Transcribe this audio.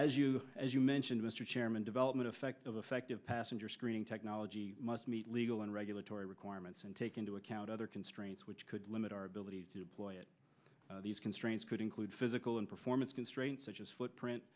as you as you mentioned mr chairman development effective effective passenger screening technology must meet legal and regulatory requirements and take into account other constraints which could limit our ability to deploy it these constraints could include physical and performance constraints such as footprint